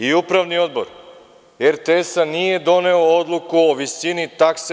I Upravni odbor RTS-a nije doneo odluku o visini takse.